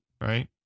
Right